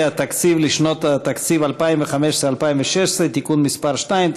התקציב לשנות התקציב 2015 ו-2016) (תיקון מס' 2),